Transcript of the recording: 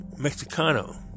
Mexicano